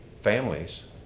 families